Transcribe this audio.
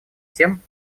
тем